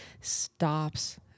stops